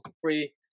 free